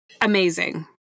Amazing